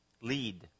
Lead